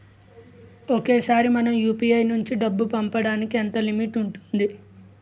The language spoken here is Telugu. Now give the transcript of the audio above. ఒకేసారి మనం యు.పి.ఐ నుంచి డబ్బు పంపడానికి ఎంత లిమిట్ ఉంటుంది?